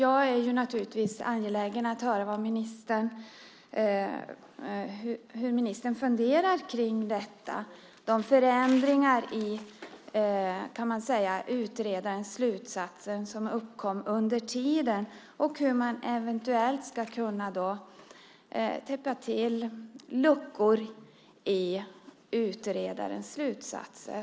Jag är naturligtvis angelägen om att få höra hur ministern funderar kring de förändringar när det gäller utredarens slutsatser som uppkom under tiden och hur man eventuellt ska kunna täppa till luckor i utredarens slutsatser.